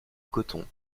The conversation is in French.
coton